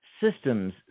systems